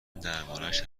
دربارش